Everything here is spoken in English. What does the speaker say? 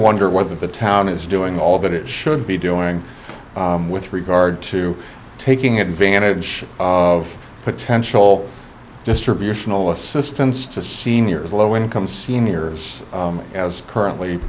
wonder whether the town is doing all that it should be doing with regard to taking advantage of potential distributional assistance to seniors low income seniors as currently